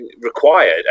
required